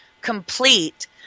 complete